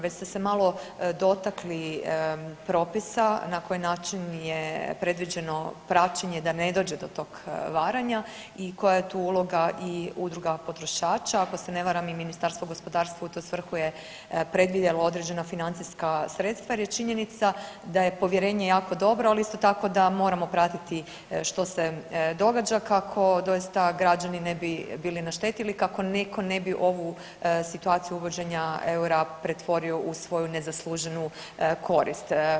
Već ste se malo dotakli propisa na koji način je predviđeno praćenje da ne dođe do tog varanja i koja je tu uloga i udruga potrošača, ako se ne varam i Ministarstvo gospodarstva u tu svrhu je predvidjelo određena financijska sredstva jer je činjenica da je povjerenje jako dobro, ali isto tako da moramo pratiti što se događa kako doista građani ne bi bili naštetili, kako neko ne bi ovu situaciju uvođenja eura pretvorio u svoju nezasluženu korist.